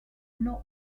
not